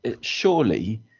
surely